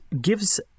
gives